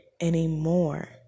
anymore